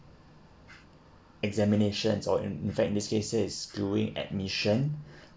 examinations or in fact these cases doing admission